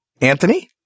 Anthony